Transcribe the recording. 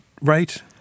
right